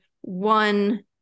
one